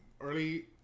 Early